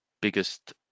biggest